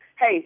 Hey